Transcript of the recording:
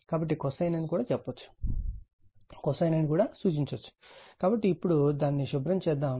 కాబట్టి cosine అని చెప్పవచ్చు cosine అని సూచించవచ్చు కాబట్టి ఇప్పుడు దాన్ని శుభ్రం చేద్దాం